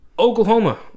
Oklahoma